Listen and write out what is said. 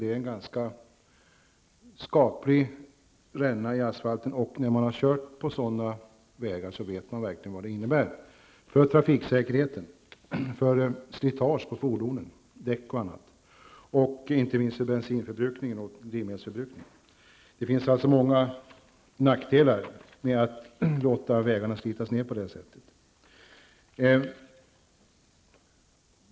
Det är en ganska skaplig ränna i asfalten, och när man har kört på sådana vägar vet man verkligen vad det innebär för trafiksäkerheten, för slitaget på fordonen, deras däck osv., och inte minst för drivmedelsförbrukningen. Det finns alltså många nackdelar med att låta vägarna slitas ned på det sättet.